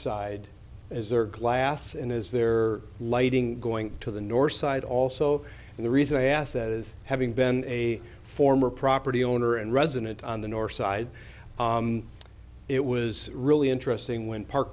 side as are glass and is there lighting going to the north side also and the reason i asked that is having been a former property owner and resident on the north side it was really interesting when park